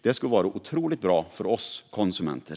Det skulle vara otroligt bra för oss konsumenter.